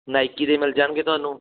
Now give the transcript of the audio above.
Nike ਦੇ ਮਿਲ ਜਾਣਗੇ ਤੁਹਾਨੂੰ